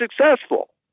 successful